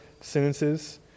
sentences